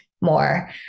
more